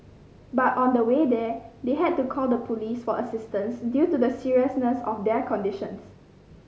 but on the way there they had to call the police for assistance due to the seriousness of their conditions